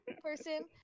person